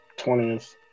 20th